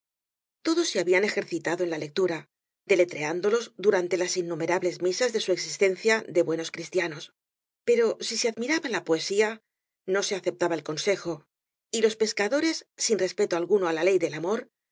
todos se habían ejercitado en la lectura deletreándolos durante las innumerables misas de su existencia de buenos cristianos pero si se admiraba la poesías no se aceptaba el consejo y loa cañas y barro pescadoreb sin respeto alguno á la ley del amor